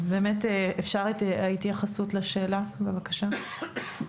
אפשר את ההתייחסות לשאלה בבקשה?